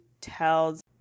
tells